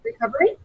recovery